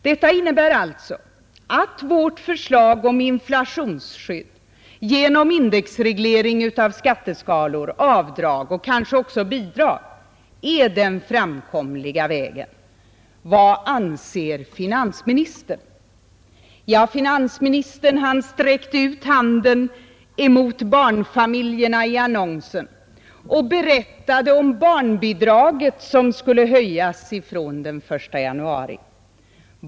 Detta innebär alltså att vårt förslag om inflationsskydd genom indexreglering av skatteskalor, avdrag och kanske också bidrag är den framkomliga vägen. Vad anser finansministern? Finansministern, han sträckte ut handen emot barnfamiljerna i annonsen och berättade om barnbidraget som skulle höjas från den 1 januari.